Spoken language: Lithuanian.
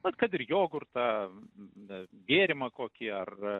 vat kad ir jogurtą gėrimą kokį ar